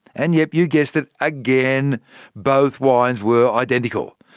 and yup, you guessed it again both wines were identical.